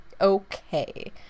okay